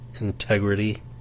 Integrity